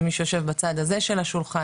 זה מי שיושב בצד הזה של השולחן,